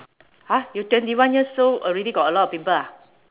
!huh! you twenty one years old already got a lot of pimple ah